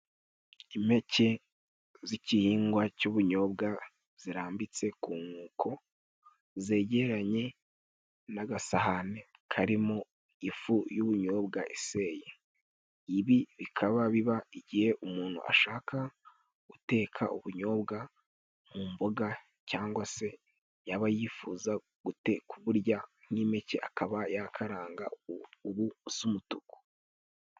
Impeke z'igihingwa cy'ubunyobwa zirambitse ku nkoko, zegeranye n'agasahani karimo ifu y'ubunyobwa iseye. Ibi bikaba biba igihe umuntu ashaka guteka ubunyobwa mu mboga, cyangwa se yaba yifuza guteka kuburya ari impeke, akaba yakaranga ubusa umutuku.